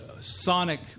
sonic